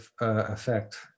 effect